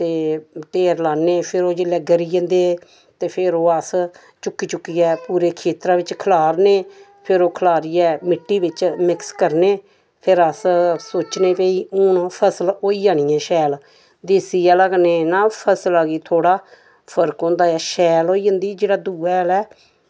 ते ढेर लान्ने फिर ओह् जिल्लै गरी जंदे ते फिर ओह् अस चुक्की चुक्कियै पूरे खेत्तरा विच खलारने फिर ओह् खलारियै मिट्टी बिच मिक्स करने फिर अस सोचने भई हून ओह् फसल होई जानी ऐ शैल देसी हैला कन्नै ना फसला गी थोह्ड़ा फर्क होंदा ऐ शैल होई जंदी जेह्ड़ा दूआ हैल ऐ